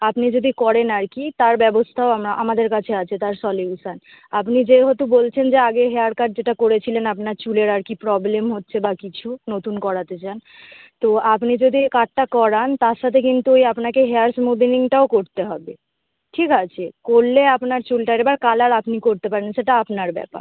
আপনি যদি করেন আর কি তার ব্যবস্থাও আমরা আমাদের কাছে আছে তার সলিউশান আপনি যেহতু বলেছেন যে আগের হেয়ার কাট যেটা করেছিলেন আপনার চুলের আর কি প্রবলেম হচ্ছে বা কিছু নতুন করাতে চান তো আপনি যদি এ কাটটা করান তার সাথে কিন্তু ওই আপনাকে হেয়ার স্মুদনিংটাও করতে হবে ঠিক আছে করলে আপনার চুলটা একবার কালার আপনি করতে পারেন সেটা আপনার ব্যাপার